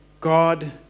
God